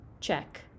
Check